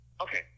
Okay